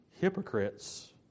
hypocrites